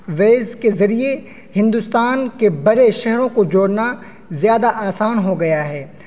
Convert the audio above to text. ویز کے ذریعے ہندوستان کے بڑے شہروں کو جوڑنا زیادہ آسان ہو گیا ہے